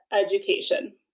education